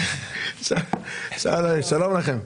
בים הדרוזים והצ'רקסים ברמת הגולן לשנים 2023-2021 מיום